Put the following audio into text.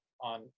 on